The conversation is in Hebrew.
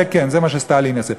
זה מה שסטלין עשה.